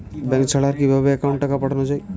Bank ছাড়া আর কিভাবে একাউন্টে টাকা পাঠানো য়ায়?